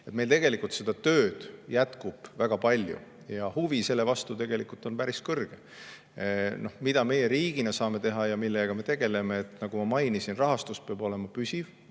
Meil tegelikult seda tööd jätkub väga palju ja huvi selle vastu on päris kõrge. Mida meie riigina saame teha ja millega me tegeleme? Nagu ma mainisin, rahastus peab olema püsiv,